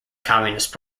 communist